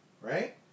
right